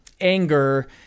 anger